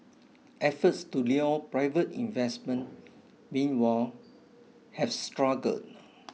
efforts to lure private investment meanwhile have struggled